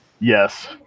Yes